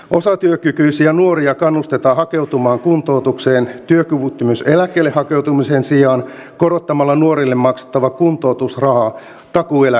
osatyökykyisiä nuoria kannustetaan hakeutumaan kuntoutukseen työkyvyttömyyseläkkeelle hakeutumisen sijaan korottamalla nuorille maksettava kuntoutusraha takuueläkkeen tasolle